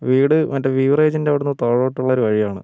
വീട് മറ്റേ ബിവറേജിൻ്റെ അവിടെ നിന്ന് താഴോട്ടുള്ളൊരു വഴിയാണ്